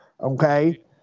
okay